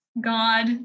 God